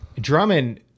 Drummond